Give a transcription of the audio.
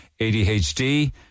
ADHD